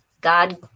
God